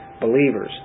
believers